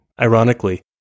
Ironically